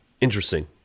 Interesting